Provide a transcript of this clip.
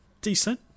Decent